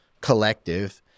collective